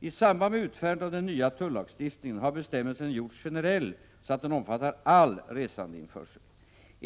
I samband med utfärdandet av den nya tullagstiftningen har bestämmelsen gjorts generell så att den omfattar all resandeinförsel.